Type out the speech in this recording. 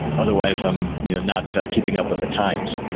otherwise i'm you know not keeping up with the times.